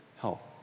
Help